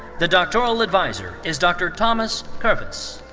the doctoral adviser is dr. thomas treff-iss.